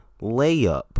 layup